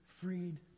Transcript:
freed